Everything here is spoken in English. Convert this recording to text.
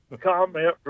comment